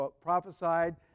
prophesied